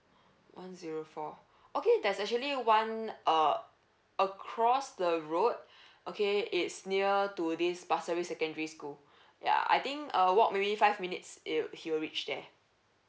one zero four okay there's actually one uh cross the road okay it's near to this bursary secondary school ya I think uh walk maybe five minutes it'll he will reach there